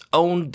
own